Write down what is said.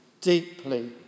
deeply